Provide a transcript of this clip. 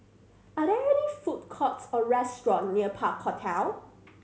are there any food courts or restaurants near Park Hotel